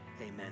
amen